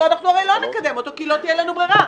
אנחנו הרי לא נקדם אותו כי לא תהיה לנו ברירה.